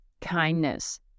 kindness